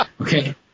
Okay